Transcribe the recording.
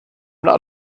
not